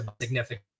significant